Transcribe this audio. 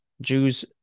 Jews